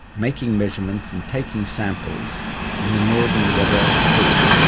making measurements and taking samples in the northern weddell sea,